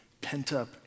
pent-up